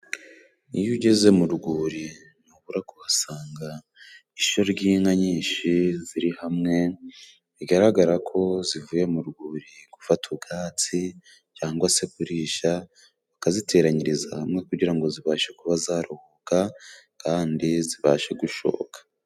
Iyo ugeze mu rwuri ntubura kuhasanga ishyo ry'inka nyinshi ziri hamwe, bigaragara ko zivuye mu rwuri gufata ubwatsi cyangwa se kurisha, bakaziteranyiriza hamwe kugira ngo zibashe kuba zaruhuka kandi zibashe gushoka.